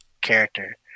character